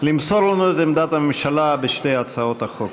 למסור לנו את עמדת הממשלה על שתי הצעות החוק.